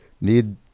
need